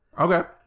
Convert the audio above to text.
Okay